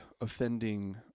offending